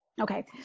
okay